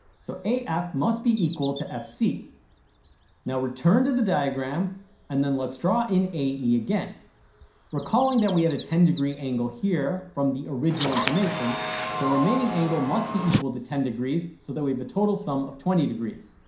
so af must be equal to fc now return to the diagram and then let's draw in ae again recalling that we had a ten degree angle here from the original information the remaining angle must be equal to ten degrees so that we have a total sum of twenty degrees